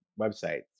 websites